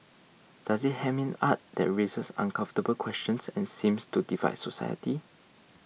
does it hem in art that raises uncomfortable questions and seems to divide society